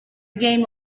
game